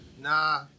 nah